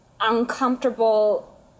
uncomfortable